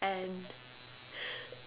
and